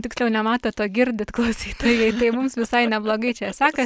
tiksliau ne matot o girdit klausytojai tai mums visai neblogai čia sekas